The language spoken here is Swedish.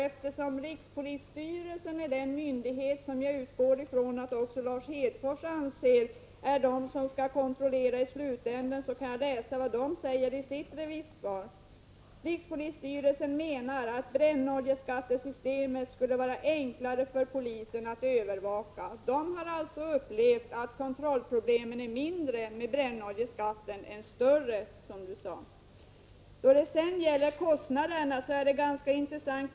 Eftersom rikspolisstyrelsen är den myndighet som jag utgår från att också Lars Hedfors anser skall kontrollera i slutändan, kan jag läsa upp vad den skriver i sitt remissvar: ”Rikspolisstyrelsen menar att brännoljeskattesystemet skulle vara enklare för polisen att övervaka.” Polisen har alltså upplevt kontrollproblemen som mindre med brännoljeskatten, inte större, som Lars Hedfors sade. Även då det gäller kostnaderna är det ganska intressant.